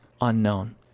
unknown